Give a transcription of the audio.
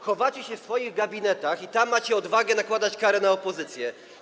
Chowacie się w swoich gabinetach i tam macie odwagę nakładać kary na opozycję.